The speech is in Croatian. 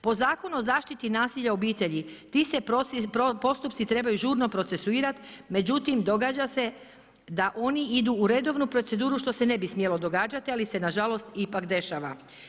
Po Zakonu o zaštiti nasilja u obitelji, ti se postupci trebaju žurno procesuirati, međutim događa se da oni idu u redovnu proceduru što se ne bi smjelo događati ali se nažalost ipak dešava.